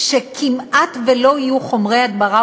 שכמעט לא יהיו חומרי הדברה,